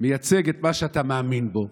מייצג את מה שאתה מאמין בו,